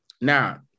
Now